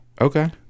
okay